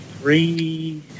three